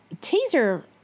teaser